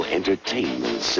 Entertainment